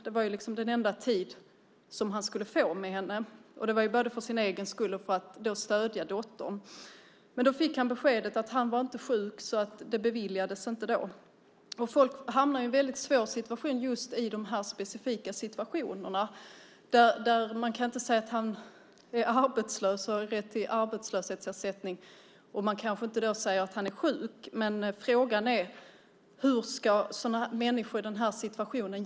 Det var ju den enda tid han skulle få med henne. Det var ju både för sin egen skull och för att stödja dottern. Han fick beskedet att han inte var sjuk så det beviljades inte. Folk hamnar i en väldigt svår situation i just de här specifika situationerna. Man kan inte säga att han är arbetslös och har rätt till arbetslöshetsersättning och man kanske inte kan säga att han är sjuk. Frågan är hur människor ska göra i sådana här situationer.